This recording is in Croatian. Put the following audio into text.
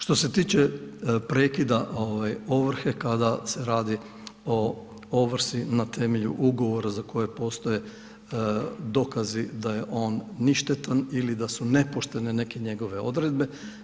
Što se tiče prekida ovrhe kada se radi o ovrsi na temelju ugovora za koje postoje dokazi da je on ništetan ili da su nepoštene neke njegove odredbe.